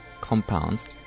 compounds